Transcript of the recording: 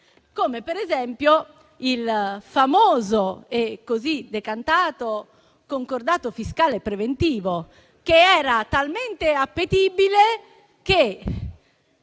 come per esempio il famoso e così decantato concordato fiscale preventivo, che era talmente appetibile che